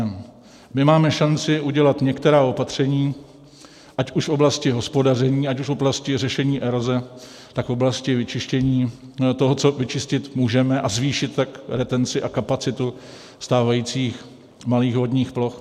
My máme šanci udělat některá opatření ať už v oblasti hospodaření, ať už v oblasti řešení eroze, tak v oblasti vyčištění toho, co vyčistit můžeme, a zvýšit tak retenci a kapacitu stávajících malých vodních ploch.